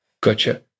Gotcha